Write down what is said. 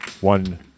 one